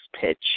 pitch